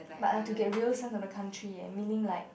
like I've to get real sense of the country leh meaning like